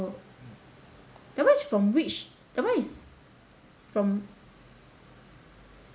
that one is from which that one is from